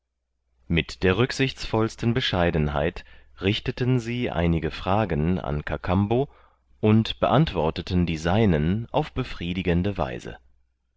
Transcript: mit der rücksichtsvollsten bescheidenheit richteten sie einige frage an kakambo und beantworteten die seinen auf befriedigende weise